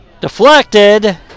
Deflected